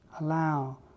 allow